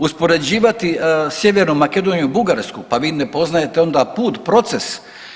Uspoređivati Sjevernu Makedoniju i Bugarsku, pa vi ne poznajete onda put, proces.